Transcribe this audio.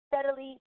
steadily